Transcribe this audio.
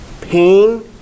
Pain